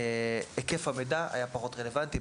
היקף המידע היה פחות רלוונטי,